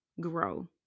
grow